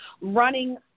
running